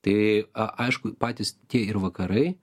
tai a aišku patys tie ir vakarai